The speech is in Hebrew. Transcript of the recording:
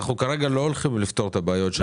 אנחנו כרגע לא הולכים לפתור את הבעיות של העבר.